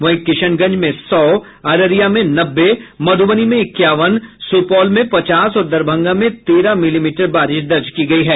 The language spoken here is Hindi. वहीं किशनगंज में सौ अररिया में नब्बे मध्रबनी में इक्यावन सुपौल में पचास और दरभंगा में तेरह मिलीमीटर बारिश दर्ज की गयी है